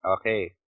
Okay